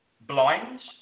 blinds